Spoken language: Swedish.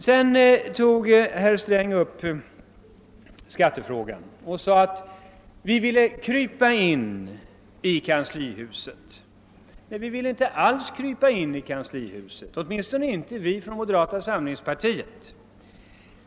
Herr Sträng tog också upp skattefrågan och menade att vi inom oppositionen ville krypa in i kanslihuset. Nej, vi vill inte alls krypa in i kanslihuset, åtminstone inte vi från moderata samlingspartiet.